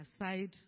aside